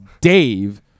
Dave